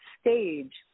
stage